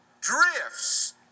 drifts